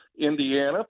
Indiana